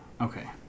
okay